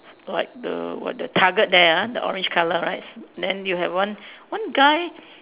like the what the target there ah the orange colour right s~ then you have one one guy